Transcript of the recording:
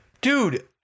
Dude